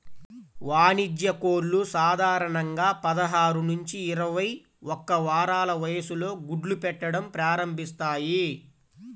వాణిజ్య కోళ్లు సాధారణంగా పదహారు నుంచి ఇరవై ఒక్క వారాల వయస్సులో గుడ్లు పెట్టడం ప్రారంభిస్తాయి